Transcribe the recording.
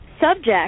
subject